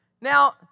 Now